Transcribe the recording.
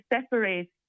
separate